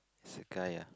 is a guy ah